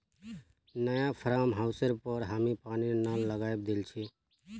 नया फार्म हाउसेर पर हामी पानीर नल लगवइ दिल छि